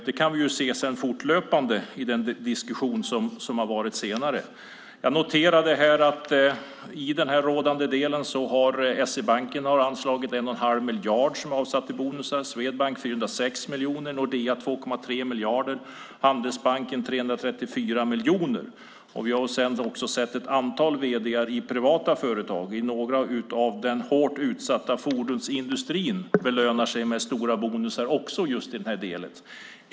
Det har vi sett fortlöpande i den diskussion som varit senare. Jag noterade här att SEB har anslagit 1 1⁄2 miljard till bonusar, Swedbank 406 miljoner, Nordea 2,3 miljarder, Handelsbanken 334 miljoner. Vi har sett att ett antal vd:ar i privata företag, några inom den hårt utsatta fordonsindustrin, belönar sig med stora bonusar.